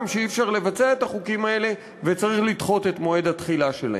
שאי-אפשר לבצע את החוקים האלה וצריך לדחות את מועד התחילה שלהם.